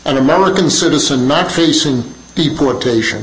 an american citizen not facing deportation